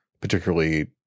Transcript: particularly